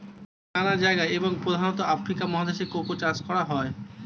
পৃথিবীর নানা জায়গায় এবং প্রধানত আফ্রিকা মহাদেশে কোকো চাষ করা হয়